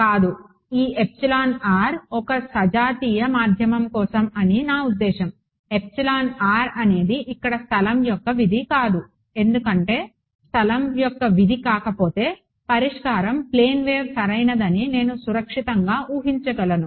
కాదుఈ ఒక సజాతీయ మాధ్యమం కోసం అని నా ఉద్దేశ్యం ఎప్సిలాన్ r అనేది ఇక్కడ స్థలం యొక్క విధి కాదు ఎందుకంటే స్థలం యొక్క విధి కాకపోతే పరిష్కారం ప్లేన్ వేవ్ సరైనదని నేను సురక్షితంగా ఊహించగలను